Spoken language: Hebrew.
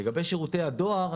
לגבי שירותי הדואר,